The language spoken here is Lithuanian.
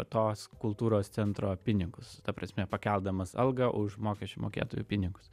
tos kultūros centro pinigus ta prasme pakeldamas algą už mokesčių mokėtojų pinigus